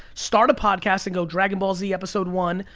start a podcast and go dragon ball z episode one,